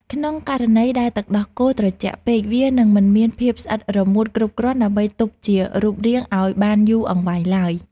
ក្នុងករណីដែលទឹកដោះគោត្រជាក់ពេក វានឹងមិនមានភាពស្អិតរមួតគ្រប់គ្រាន់ដើម្បីទប់ជារូបរាងឱ្យបានយូរអង្វែងឡើយ។